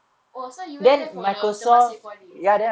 oh so you went there for the temasek poly eh